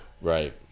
Right